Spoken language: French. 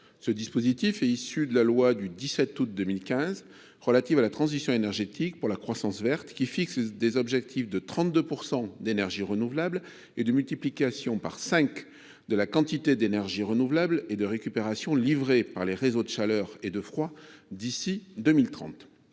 Ce dispositif est issu de la loi du 17 août 2015 relative à la transition énergétique pour la croissance verte, qui fixe des objectifs de 32 % d’énergies renouvelables dans la consommation finale brute d’énergie et de multiplication par cinq de la quantité d’énergies renouvelables et de récupération livrée par les réseaux de chaleur et de froid d’ici à 2030.